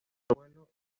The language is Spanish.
pueblo